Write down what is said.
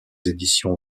éditions